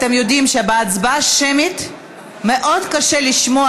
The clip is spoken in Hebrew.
אתם יודעים שבהצבעה שמית מאוד קשה לשמוע